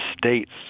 states